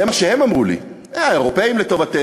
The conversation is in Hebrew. זה מה שהם אמרו לי: האירופים לטובתנו,